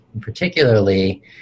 Particularly